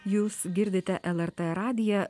jūs girdite lrt radiją